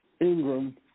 Ingram